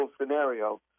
scenario